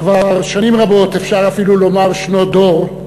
כבר שנים רבות, אפשר אפילו לומר שנות דור,